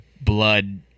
blood